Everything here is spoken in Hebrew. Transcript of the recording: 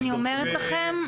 אני אומרת לכם,